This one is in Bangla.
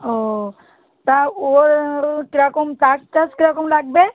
ও তা ওর কীরকম চার্জ টাজ কীরকম লাগবে